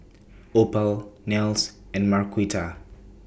Opal Nels and Marquita